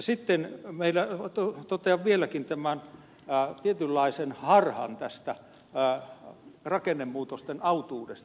sitten totean vieläkin tämän tietynlaisen harhan tästä rakennemuutosten autuudesta